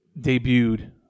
debuted